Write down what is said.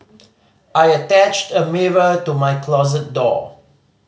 I attached a mirror to my closet door